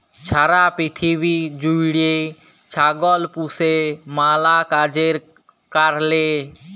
ছারা পিথিবী জ্যুইড়ে ছাগল পুষে ম্যালা কাজের কারলে